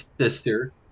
sister